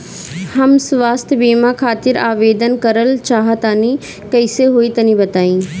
हम स्वास्थ बीमा खातिर आवेदन करल चाह तानि कइसे होई तनि बताईं?